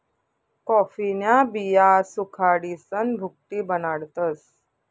कॉफीन्या बिया सुखाडीसन भुकटी बनाडतस